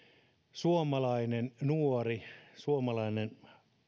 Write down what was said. suomalainen nuori suomalainen